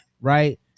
right